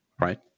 right